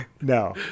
no